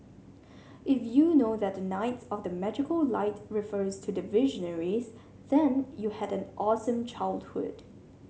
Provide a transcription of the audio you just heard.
if you know that the knights of the magical light refers to the Visionaries then you had an awesome childhood